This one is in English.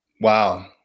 Wow